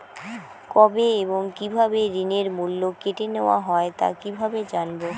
কবে এবং কিভাবে ঋণের মূল্য কেটে নেওয়া হয় তা কিভাবে জানবো?